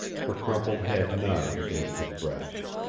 her crumpled head nodded against his breast.